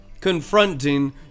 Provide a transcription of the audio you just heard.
confronting